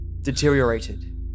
deteriorated